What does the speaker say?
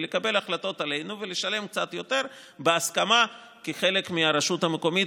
לקבל החלטות בעצמנו ולשלם קצת יותר בהסכמה כחלק מהרשות המקומית,